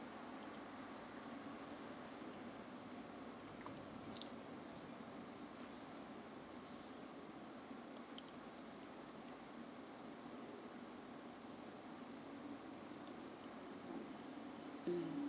mm